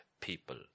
people